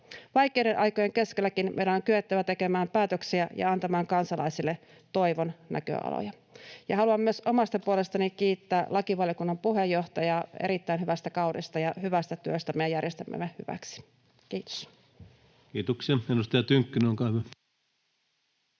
Vaikeiden aikojen keskelläkin meidän on kyettävä tekemään päätöksiä ja antamaan kansalaisille toivon näköaloja. Haluan myös omasta puolestani kiittää lakivaliokunnan puheenjohtajaa erittäin hyvästä kaudesta ja hyvästä työstä meidän järjestelmämme hyväksi. [Leena Meri: Kiitos!] — Kiitoksia.